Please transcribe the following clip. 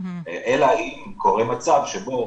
אלא אם קורה מצב שבו